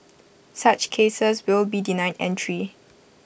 such cases will be denied entry